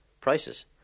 prices